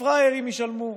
הפראיירים ישלמו.